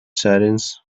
sirens